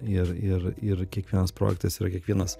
ir ir ir kiekvienas projektas yra kiekvienas